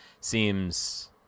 seems